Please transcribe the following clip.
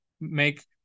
make